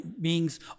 beings